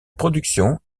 production